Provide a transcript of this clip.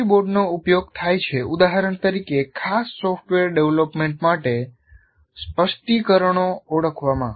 સ્ટોરીબોર્ડનો ઉપયોગ થાય છે ઉદાહરણ તરીકે ખાસ સોફ્ટવેર ડેવલપમેન્ટ માટે સ્પષ્ટીકરણો ઓળખવામાં